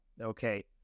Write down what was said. okay